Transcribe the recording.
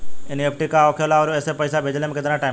NEFT का होखे ला आउर एसे पैसा भेजे मे केतना टाइम लागेला?